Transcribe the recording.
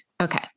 Okay